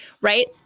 right